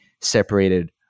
separated